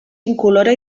incolora